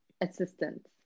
assistance